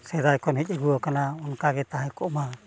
ᱥᱮᱫᱟᱭ ᱠᱷᱚᱱ ᱦᱮᱡ ᱟᱹᱜᱩ ᱟᱠᱟᱱᱟ ᱚᱱᱠᱟ ᱜᱮ ᱛᱟᱦᱮᱸ ᱠᱚᱜ ᱢᱟ